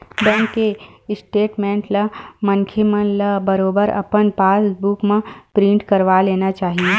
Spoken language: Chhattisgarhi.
बेंक के स्टेटमेंट ला मनखे मन ल बरोबर अपन पास बुक म प्रिंट करवा लेना ही चाही